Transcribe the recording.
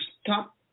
stop